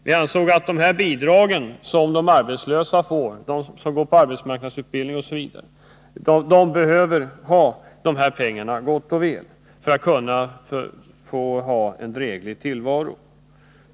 Vi ansåg att de arbetslösa, de som går på arbetsmarknadsutbildning osv., gott och väl behöver dessa pengar för att kunna ha en dräglig tillvaro.